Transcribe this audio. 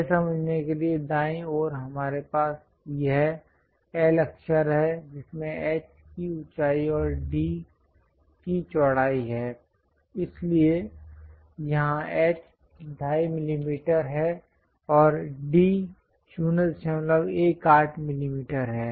यह समझने के लिए दाईं ओर हमारे पास यह l अक्षर है जिसमें h की ऊँचाई और d की चौड़ाई है इसलिए यहाँ h 25 मिलीमीटर है और d 018 मिलीमीटर है